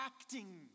acting